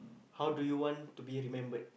how do you want to be remembered